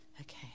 Okay